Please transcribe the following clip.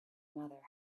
mother